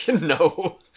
No